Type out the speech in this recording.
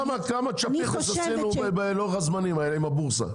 כמה צ'פיחס עשינו בלוח הזמנים הזה עם הבורסה,